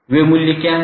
ये मूल्य क्या हैं